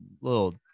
Little